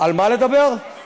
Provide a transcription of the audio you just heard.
דבר על